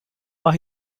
buy